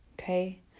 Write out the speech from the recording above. Okay